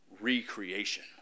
Recreation